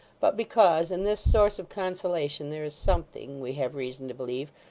but because in this source of consolation there is something, we have reason to believe,